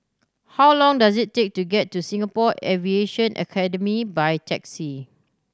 how long does it take to get to Singapore Aviation Academy by taxi